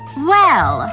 well,